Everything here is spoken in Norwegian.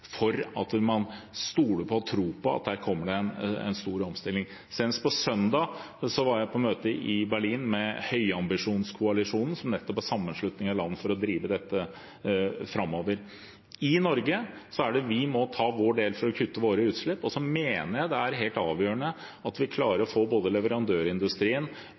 at man kan stole på og tro på at det kommer en stor omstilling. Senest på søndag var jeg på møte i Berlin med høyambisjonskoalisjonen, som er en sammenslutning av land som skal drive dette framover. I Norge må vi ta vår del for å kutte våre utslipp. Jeg mener også det er helt avgjørende at vi klarer å få både leverandørindustrien